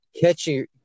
catching